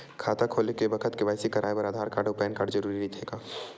खाता खोले के बखत के.वाइ.सी कराये बर आधार कार्ड अउ पैन कार्ड जरुरी रहिथे